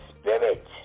spirit